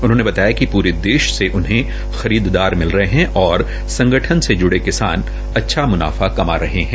उन्होंने बताया कि पूरे देश से उन्हें खरीददार मिल रहे है और संगठन से जुड़े किसान अच्छा मुनाफा काम रहे है